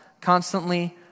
constantly